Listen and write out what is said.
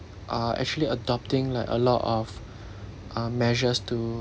uh actually adopting like a lot of uh measures to